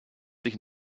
sich